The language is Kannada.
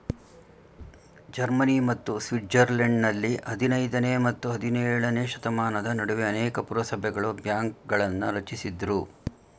ಜರ್ಮನಿ ಮತ್ತು ಸ್ವಿಟ್ಜರ್ಲೆಂಡ್ನಲ್ಲಿ ಹದಿನೈದನೇ ಮತ್ತು ಹದಿನೇಳನೇಶತಮಾನದ ನಡುವೆ ಅನೇಕ ಪುರಸಭೆಗಳು ಬ್ಯಾಂಕ್ಗಳನ್ನ ರಚಿಸಿದ್ರು